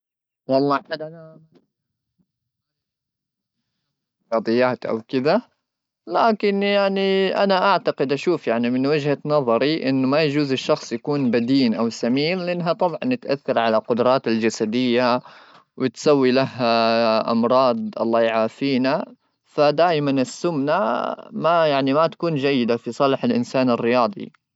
رياضيات او كذا لكن يعني انا اعتقد اشوف يعني من وجهه نظري انه ما يجوز الشخص يكون بدين او سمين لانها طبعا تؤثر على قدرات الجسديه وتسوي لها امراض الله يعافينا فدائما السمنه ما يعني ما تكون جيده في صالح الانسان الرياضي